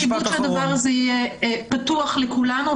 חשוב מאוד שהדבר הזה יהיה פתוח לכולם.